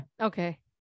Okay